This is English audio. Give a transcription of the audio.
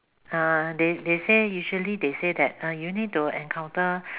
ah they they say usually they say that err you need to encounter